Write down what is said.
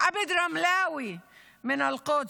עבד רמלאווי מאל-קודס,